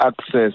access